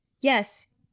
yes